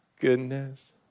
goodness